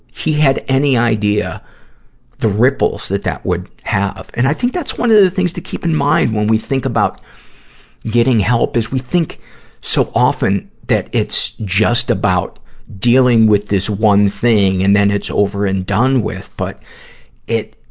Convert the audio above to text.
he had any idea the ripples that that would have. and i think that's one of the things to keep in mind when we think about getting help, is we think so often that it's just about dealing with this one thing, and then it's over and done with. but it,